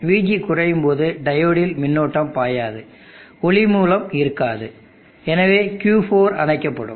Vg குறையும்போது டையோடில் மின்னோட்டம் பாயாது ஒளி மூலம் இருக்காது எனவே Q4 அணைக்கப்படும்